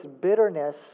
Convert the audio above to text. bitterness